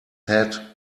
head